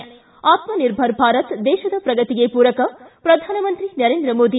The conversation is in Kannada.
ಿ ಆತ್ಮನಿರ್ಭರ ಭಾರತ ದೇಶದ ಪ್ರಗತಿಗೆ ಪೂರಕ ಪ್ರಧಾನಮಂತ್ರಿ ನರೇಂದ್ರ ಮೋದಿ